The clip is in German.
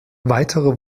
weitere